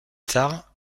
tard